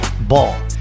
Ball